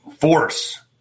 force